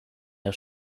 der